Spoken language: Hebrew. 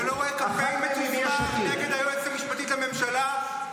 אתה לא רואה קמפיין מתוזמר נגד היועצת המשפטית לממשלה?